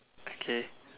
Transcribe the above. okay